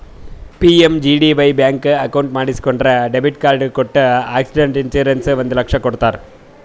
PMJDY bank account ಮಾಡಿಸಿಕೊಂಡ್ರ debit card ಕೊಟ್ಟು accident insurance ಒಂದ್ ಲಕ್ಷ ಕೊಡ್ತಾರ್